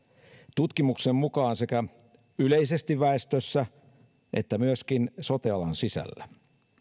tutkimuksen mukaan sekä yleisesti väestössä että myöskin sote alan sisällä